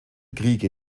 kriege